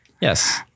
Yes